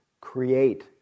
create